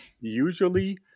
usually